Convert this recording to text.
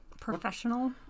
Professional